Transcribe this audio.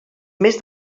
més